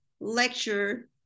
lecture